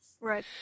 right